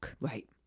Right